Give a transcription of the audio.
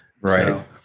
Right